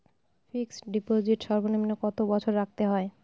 Fixed deposit সর্বনিম্ন কত বছর রাখতে হয়?